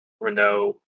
Renault